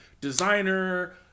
designer